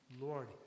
Lord